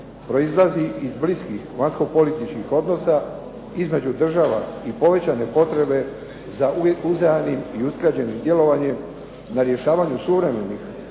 proizlazi iz bliskih vanjsko-političkih odnosa između država i povećane potrebe za uzajamnim i usklađenim djelovanjem na rješavanju suvremenih